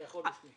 אתה יכול בשמי.